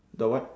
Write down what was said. the what